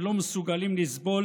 שלא מסוגלים לסבול